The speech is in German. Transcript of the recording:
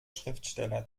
schriftsteller